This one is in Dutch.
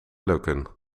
lukken